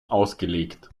ausgelegt